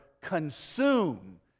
consume